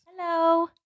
Hello